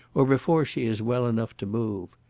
or before she is well enough to move.